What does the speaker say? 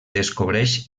descobreix